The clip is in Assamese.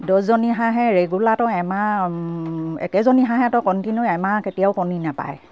দহজনী হাঁহে ৰেগুলাৰটো এমাহ একেজনী হাঁহেতো কণ্টিনিউ এমাহ কেতিয়াও কণী নাপাৰে